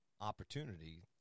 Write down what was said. opportunity